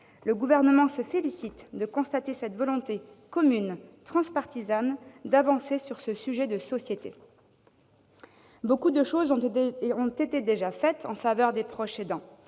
Le Gouvernement se félicite de cette volonté commune, transpartisane d'avancer sur ce sujet de société. Beaucoup de choses ont déjà été faites en faveur des proches aidants.